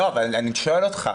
אני שואל אותך.